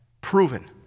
proven